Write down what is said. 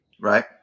Right